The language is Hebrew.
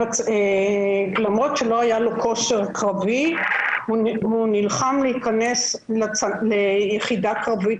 למרות שלא היה לו כושר קרבי הוא נלחם להיכנס ליחידה קרבית,